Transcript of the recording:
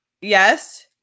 Yes